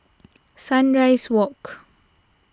Sunrise Walk